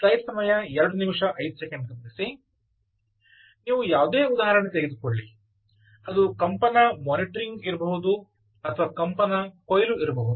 ನೀವು ಯಾವುದೇ ಉದಾಹರಣೆ ತೆಗೆದುಕೊಳ್ಳಿ ಅದು ಕಂಪನ ಮಾನಿಟರಿಂಗ್ ಇರಬಹುದು ಅಥವಾ ಕಂಪನ ಕೊಯ್ಲು ಇರಬಹುದು